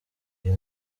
iyi